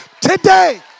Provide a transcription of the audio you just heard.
today